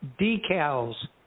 decals